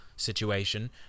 Situation